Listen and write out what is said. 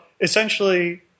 essentially